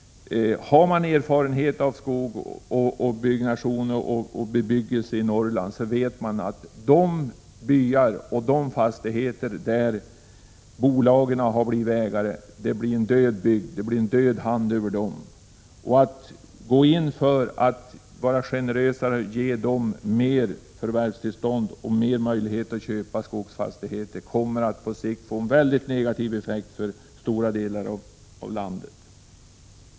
Har man erfarenhet av skog, byggnation och bebyggelse i Norrland, vet man att de byar och fastigheter där bolagen har blivit ägare blir en död bygd. Det läggs en död hand över dem. Att gå in för att vara generösare och ge bolagen fler förvärvstillstånd och större möjligheter att köpa skogsfastigheter kommer att på sikt få mycket negativa effekter för stora delar av landet.